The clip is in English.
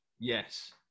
Yes